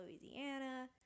Louisiana